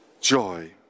joy